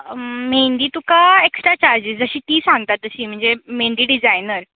मेहंदी तुका extra charges अशे ती सांगता तशी म्हणजे मेहंदी डिजायनार